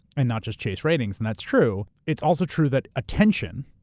and not just chase ratings, and that's true. it's also true that attention,